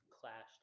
clashed